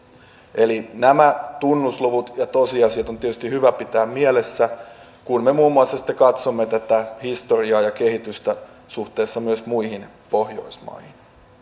eli nämä tunnusluvut ja tosiasiat on tietysti hyvä pitää mielessä kun me muun muassa sitten katsomme tätä historiaa ja kehitystä suhteessa myös muihin pohjoismaihin